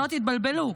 שלא תתבלבלו,